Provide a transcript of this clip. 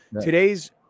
today's